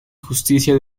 justicia